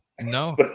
No